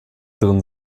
drin